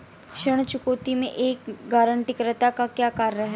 ऋण चुकौती में एक गारंटीकर्ता का क्या कार्य है?